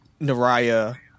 Naraya